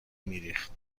میریخت